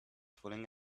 fooling